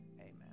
Amen